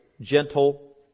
gentle